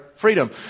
freedom